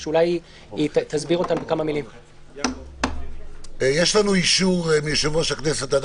יש לנו אישור מיושב-ראש הכנסת עד